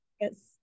Yes